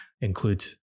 include